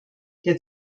der